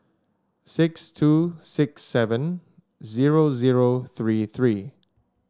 six two six seven zero zero three three